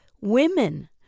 Women